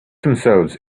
themselves